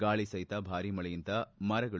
ಗಾಳಿ ಸಹಿತ ಭಾರೀ ಮಳೆಯಿಂದ ಮರಗಳು